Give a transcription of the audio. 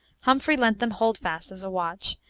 humphrey lent them holdfast as a watch,